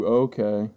okay